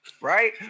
Right